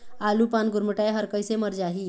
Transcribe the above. आलू पान गुरमुटाए हर कइसे मर जाही?